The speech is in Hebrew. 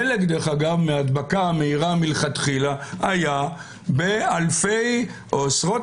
חלק מההדבקה המהירה מלכתחילה היה באלפי או עשרות